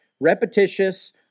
Repetitious